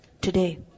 today